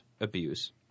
abuse